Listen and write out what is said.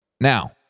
Now